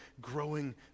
growing